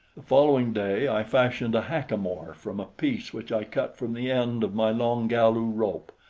the following day i fashioned a hackamore from a piece which i cut from the end of my long galu rope,